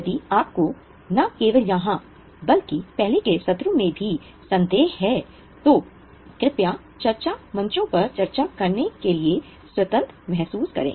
यदि आपको न केवल यहां बल्कि पहले के सत्रों में भी संदेह है तो कृपया चर्चा मंचों पर चर्चा करने के लिए स्वतंत्र महसूस करें